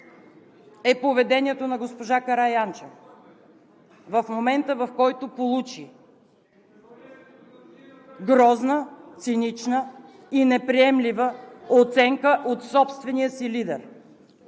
е поведението на госпожа Караянчева в момента, в който получи грозна, цинична и неприемлива оценка от собствения си лидер